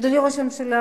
אדוני ראש הממשלה,